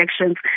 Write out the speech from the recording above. elections